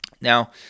now